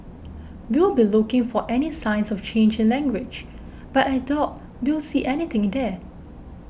we'll be looking for any signs of change in language but I doubt we'll see anything there